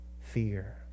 fear